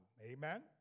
Amen